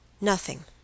Nothing